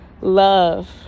love